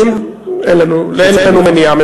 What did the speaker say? אין לנו מניעה.